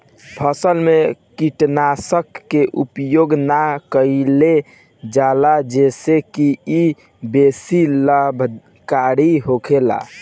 फसल में कीटनाशक के उपयोग ना कईल जाला जेसे की इ बेसी लाभकारी होखेला